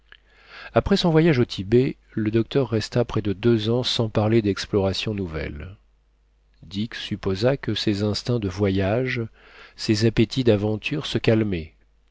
après son voyage au tibet le docteur resta près de deux ans sans parler d'explorations nouvelles dick supposa que ses instincts de voyage ses appétits d'aventures se